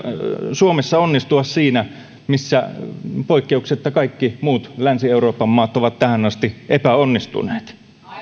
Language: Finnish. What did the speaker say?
suomessa onnistua siinä missä poikkeuksetta kaikki muut länsi euroopan maat ovat tähän asti epäonnistuneet